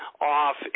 off